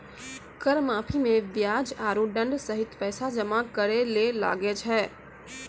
कर माफी मे बियाज आरो दंड सहित पैसा जमा करे ले लागै छै